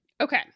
Okay